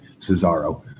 Cesaro